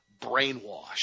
brainwashed